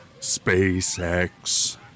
SpaceX